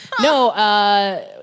No